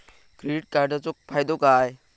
Credit कार्डाचो फायदो काय?